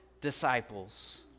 disciples